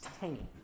tiny